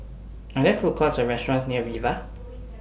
Are There Food Courts Or restaurants near Viva